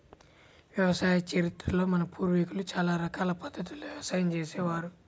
వ్యవసాయ చరిత్రలో మన పూర్వీకులు చాలా రకాల పద్ధతుల్లో వ్యవసాయం చేసే వారు